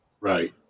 right